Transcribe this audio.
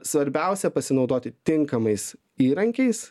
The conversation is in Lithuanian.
svarbiausia pasinaudoti tinkamais įrankiais